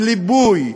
של ליבוי,